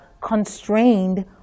constrained